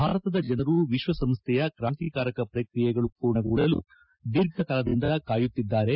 ಭಾರತದ ಜನರು ವಿಶ್ವಸಂಸ್ದೆಯ ಕ್ರಾಂತಿಕಾರಕ ಪ್ರಕ್ರಿಯೆಗಳು ಪೂರ್ಣಗೊಳ್ಳಲು ದೀರ್ಘಕಾಲದಿಂದ ಕಾಯುತ್ತಿದ್ದಾರೆ